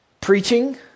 preaching